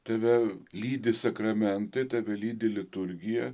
tave lydi sakramentai tave lydi liturgija